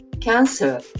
cancer